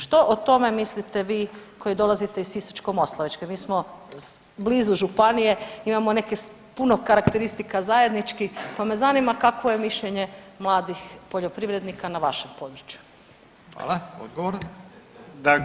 Što o tome mislite vi koji dolazite iz Sisačko-moslavačke, mi smo blizu županije, imamo neke puno karakteristika zajedničkih, pa me zanima kakvo je mišljenje mladih poljoprivrednika na vašem području.